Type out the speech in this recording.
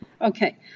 Okay